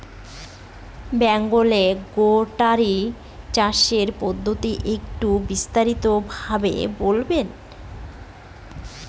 Bengal goatery চাষের পদ্ধতি একটু বিস্তারিত বলবেন?